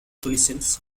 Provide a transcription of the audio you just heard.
collisions